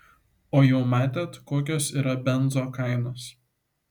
o jau matėt kokios yra benzo kainos